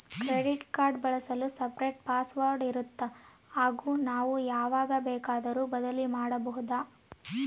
Credit card ಬಳಸಲು separate password ಇರುತ್ತಾ ಹಾಗೂ ನಾವು ಯಾವಾಗ ಬೇಕಾದರೂ ಬದಲಿ ಮಾಡಬಹುದಾ?